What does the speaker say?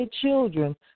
children